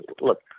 look